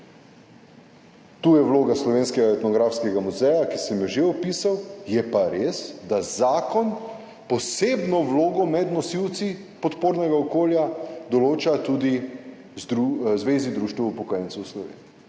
Tu je vloga Slovenskega etnografskega muzeja, ki sem jo že opisal. Je pa res, da zakon posebno vlogo med nosilci podpornega okolja določa tudi v Zvezi društev upokojencev Slovenije